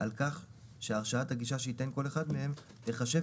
על כך שהרשאת הגישה שייתן כל אחד מהם תחשב